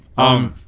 um.